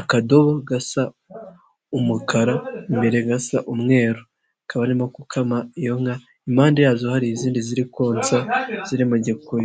akadobo gasa umukara imbere gasa umweru, akaba arimo gukama iyo nka impande yazo hari izindi ziri konsa ziri mu gikuyu.